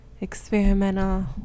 experimental